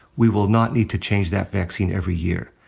we will not need to change that vaccine every year.